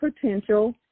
Potential